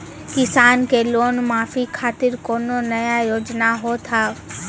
किसान के लोन माफी खातिर कोनो नया योजना होत हाव?